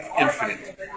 infinite